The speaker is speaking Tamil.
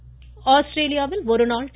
கிரிக்கெட் ஆஸ்திரேலியாவில் ஒருநாள் டி